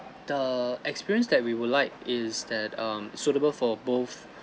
the experience that we would like is that um suitable for both